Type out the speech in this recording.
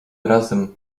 razem